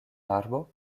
arbo